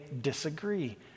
disagree